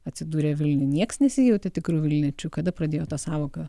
atsidūrė vilniuj nieks nesijautė tikru vilniečiu kada pradėjo ta sąvoka